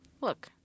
Look